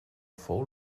fou